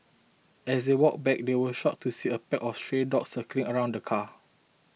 as they walked back they were shocked to see a pack of stray dogs circling around the car